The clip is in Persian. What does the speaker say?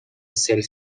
سلف